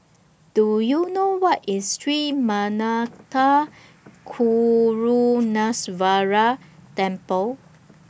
Do YOU know Where IS Sri Manmatha Karuneshvarar Temple